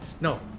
No